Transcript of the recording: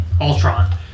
Ultron